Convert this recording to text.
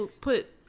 put